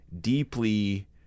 deeply